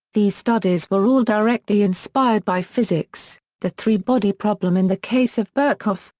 these studies were all directly inspired by physics the three-body problem in the case of birkhoff,